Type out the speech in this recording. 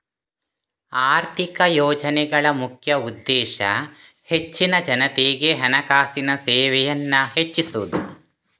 ಆರ್ಥಿಕ ಯೋಜನೆಗಳ ಮುಖ್ಯ ಉದ್ದೇಶ ಹೆಚ್ಚಿನ ಜನತೆಗೆ ಹಣಕಾಸಿನ ಸೇವೆಯನ್ನ ಹೆಚ್ಚಿಸುದು